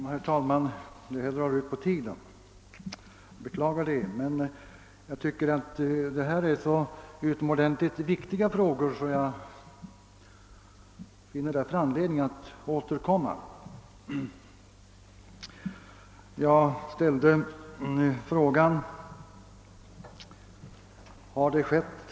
Herr talman! Detta ärende drar tyvärr ut på tiden, men jag anser att det gäller så utomordentligt viktiga frågor att jag finner anledning återkomma. Jag ställde frågan huruvida det förekommit .